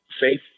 faith